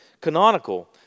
canonical